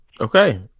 Okay